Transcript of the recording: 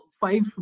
five